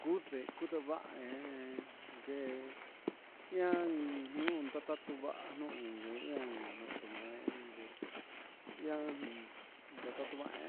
kudee kudo va'a engue ihan ujun ndatuu va'a noun ñana niiu kutumenke ihan ndatutuve.